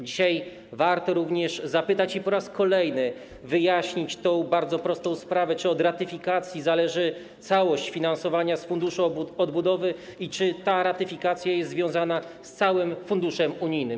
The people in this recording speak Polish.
Dzisiaj warto również zapytać, by po raz kolejny wyjaśnić bardzo prostą sprawę, czy od ratyfikacji zależy całość finansowania z Funduszu Odbudowy i czy ta ratyfikacja jest związana z całym funduszem unijnym.